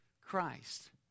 Christ